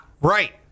Right